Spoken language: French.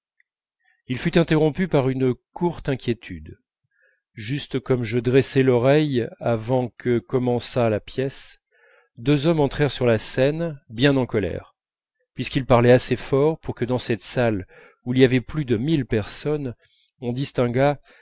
il fut interrompu par une courte inquiétude juste comme je dressais l'oreille avant que commençât la pièce deux hommes entrèrent par la scène bien en colère puisqu'ils parlaient assez fort pour que dans cette salle où il y avait plus de mille personnes on distinguât